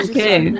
Okay